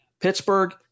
Pittsburgh